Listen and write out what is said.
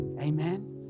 Amen